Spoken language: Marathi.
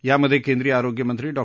यामध्ये केंद्रिय आरोग्यमंत्री डॉ